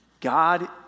God